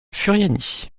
furiani